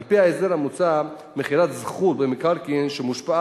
אז כאן הטבות המסים